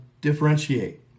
differentiate